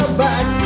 back